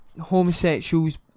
homosexuals